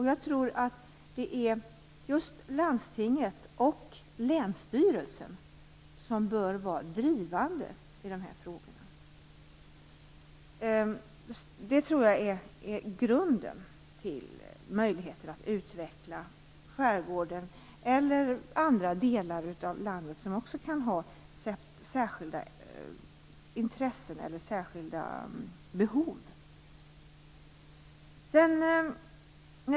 Jag tror att det är just landstinget och länsstyrelsen som bör vara drivande i frågorna. Det är grunden till möjligheten att utveckla skärgården eller andra delar av landet som kan ha särskilda behov.